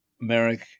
Merrick